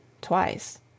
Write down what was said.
twice